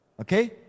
okay